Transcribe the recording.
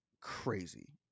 crazy